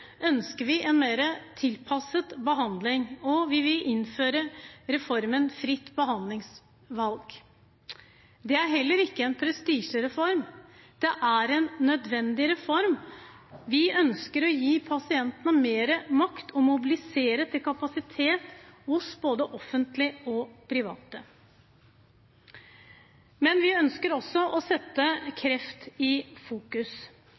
ønsker vi en mer tilpasset behandling, og vi vil innføre reformen fritt behandlingsvalg. Det er heller ikke en prestisjereform; det er en nødvendig reform. Vi ønsker å gi pasientene mer makt og mobilisere til kapasitet hos både offentlige og private. Vi ønsker også å sette kreft i fokus.